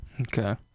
Okay